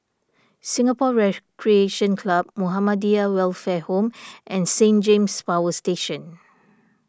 Singapore Recreation Club Muhammadiyah Welfare Home and Saint James Power Station